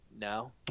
no